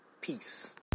peace